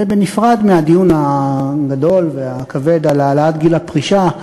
זה נפרד מהדיון הגדול והכבד על העלאת גיל הפרישה.